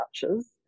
touches